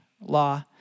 law